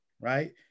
right